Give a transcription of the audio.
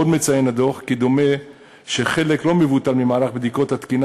עוד מציין הדוח כי דומה שחלק לא מבוטל ממערך בדיקות התקינה